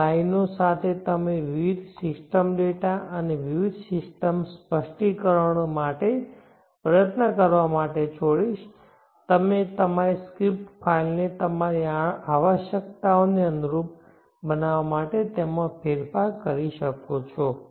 આ લાઇનો સાથે તમે વિવિધ સિસ્ટમ ડેટા અને વિવિધ સિસ્ટમ સ્પષ્ટીકરણો માટે પ્રયત્ન કરવા માટે છોડીશ તમે તમારી સ્ક્રિપ્ટ ફાઇલને તમારી આવશ્યકતાઓને અનુરૂપ બનાવવા માટે તેમાં ફેરફાર કરી શકો છો